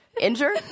Injured